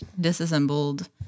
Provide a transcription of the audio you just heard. disassembled